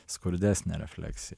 skurdesnė refleksija